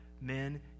men